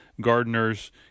gardeners